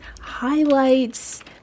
highlights